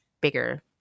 bigger